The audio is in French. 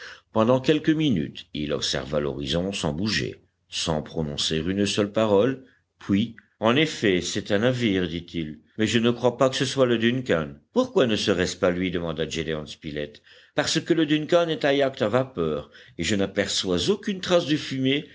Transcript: pendant quelques minutes il observa l'horizon sans bouger sans prononcer une seule parole puis en effet c'est un navire dit-il mais je ne crois pas que ce soit le duncan pourquoi ne serait-ce pas lui demanda gédéon spilett parce que le duncan est un yacht à vapeur et que je n'aperçois aucune trace de fumée